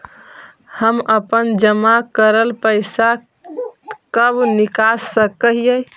हम अपन जमा करल पैसा कब निकाल सक हिय?